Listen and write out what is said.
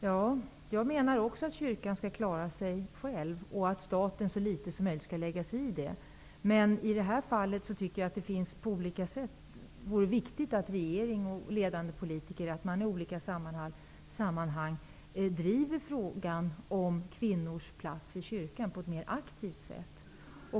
Herr talman! Jag menar också att kyrkan skall klara sig själv och att staten skall lägga sig i det så litet som möjligt. Men i det här fallet tycker jag att det på olika sätt är viktigt att regering och ledande politiker i olika sammanhang driver frågan om kvinnors plats i kyrkan på ett mera aktivt sätt.